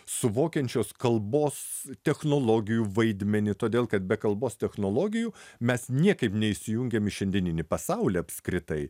suvokiančios kalbos technologijų vaidmenį todėl kad be kalbos technologijų mes niekaip neįsijungiam į šiandieninį pasaulį apskritai